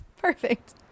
Perfect